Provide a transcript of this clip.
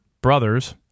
Brothers